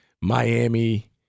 Miami